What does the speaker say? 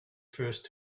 first